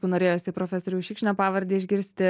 norėjosi profesoriaus šikšnio pavardę išgirsti